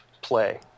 play